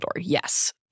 yes